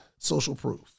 socialproof